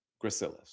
gracilis